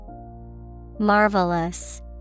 Marvelous